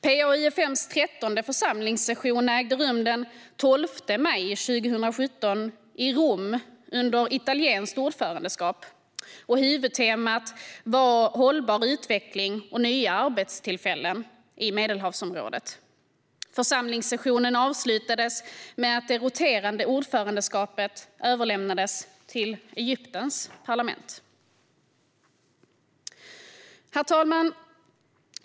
PA-UfM:s trettonde församlingssession ägde rum den 12 maj 2017 i Rom under italienskt ordförandeskap. Huvudtemat var hållbar utveckling och nya arbetstillfällen i Medelhavsområdet. Församlingssessionen avslutades med att det roterande ordförandeskapet överlämnades till Egyptens parlament. Herr talman!